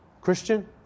Christian